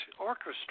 orchestra